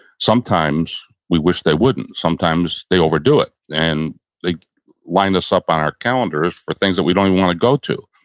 sometimes we wish they wouldn't. sometimes they overdo it and they line us up on their calendars for things that we don't even want to go to.